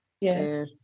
Yes